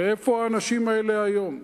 ואיפה האנשים האלה היום?